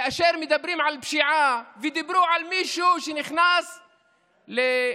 כאשר מדברים על פשיעה ודיברו על מישהו שנכנס לנבטים,